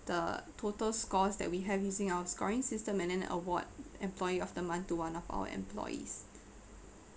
the total scores that we have using our scoring system and then award employee of the month to one of our employees